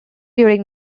during